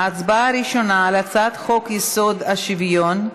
ההצבעה הראשונה היא על הצעת חוק-יסוד: השוויון,